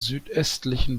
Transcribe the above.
südöstlichen